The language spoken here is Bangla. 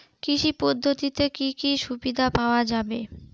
কৃষি পদ্ধতিতে কি কি সুবিধা পাওয়া যাবে?